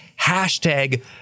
hashtag